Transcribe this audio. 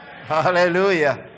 Hallelujah